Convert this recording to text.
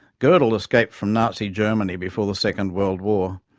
godel escaped from nazi germany before the second world war,